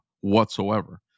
whatsoever